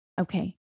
Okay